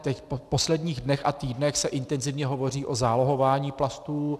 Teď v posledních dnech a týdnech se intenzivně hovoří o zálohování plastů.